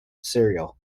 serial